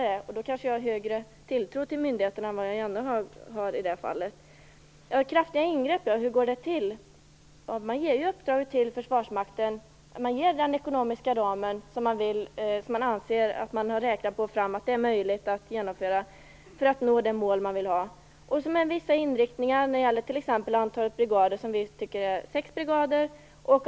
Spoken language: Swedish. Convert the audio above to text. Men jag har kanske större tilltro till myndigheterna än vad Jan När det gäller hur kraftiga ingrepp skall gå till ger man ju uppdrag åt Försvarsmakten och den ekonomiska ram som man anser är möjlig att genomföra för att nå det mål som är uppsatt. Det handlar t.ex. om vissa inriktningar för antalet brigader och flygflottiljer - vi anser att det skall finnas sex brigader.